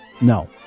No